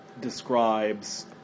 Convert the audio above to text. describes